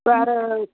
வேறு